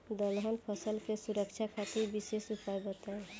दलहन फसल के सुरक्षा खातिर विशेष उपाय बताई?